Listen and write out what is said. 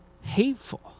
hateful